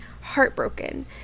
heartbroken